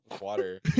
water